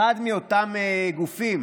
אחד מאותם גופים